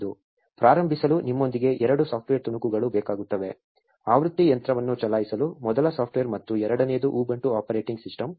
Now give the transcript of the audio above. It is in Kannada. ಪ್ರಾರಂಭಿಸಲು ನಿಮ್ಮೊಂದಿಗೆ ಎರಡು ಸಾಫ್ಟ್ವೇರ್ ತುಣುಕುಗಳು ಬೇಕಾಗುತ್ತವೆ ಆವೃತ್ತಿ ಯಂತ್ರವನ್ನು ಚಲಾಯಿಸಲು ಮೊದಲ ಸಾಫ್ಟ್ವೇರ್ ಮತ್ತು ಎರಡನೆಯದು ಉಬುಂಟು ಆಪರೇಟಿಂಗ್ ಸಿಸ್ಟಮ್